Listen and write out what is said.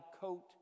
coat